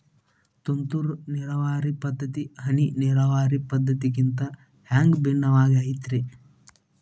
ತುಂತುರು ನೇರಾವರಿ ಪದ್ಧತಿ, ಹನಿ ನೇರಾವರಿ ಪದ್ಧತಿಗಿಂತ ಹ್ಯಾಂಗ ಭಿನ್ನವಾಗಿ ಐತ್ರಿ?